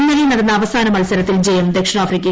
ഇന്നലെ നടന്ന അവസാന മത്സരത്തിൽ ജയം ദക്ഷിണാഫ്രിക്കയ്ക്ക്